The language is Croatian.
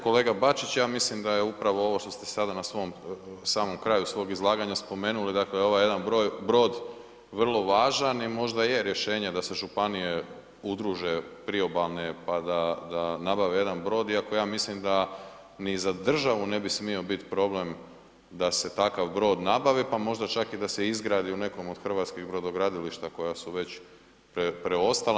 Kolega Bačić, ja mislim da je upravo ovo što ste sada na svom samom kraju svog izlaganja spomenuli, dakle ovaj jedan brod vrlo važan i možda je rješenje da se županije udruže priobalne pa da nabave jedan brod, iako ja mislim da ni za državu ne bi smio biti problem da se takav brod nabavi, pa možda čak i da se izgradi u nekom od hrvatskih brodogradilišta koja su već preostala.